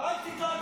נראה